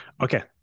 Okay